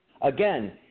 Again